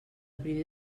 primer